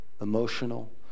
emotional